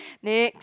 next